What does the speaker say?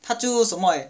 他就什么 eh